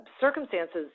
circumstances